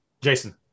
Jason